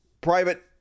private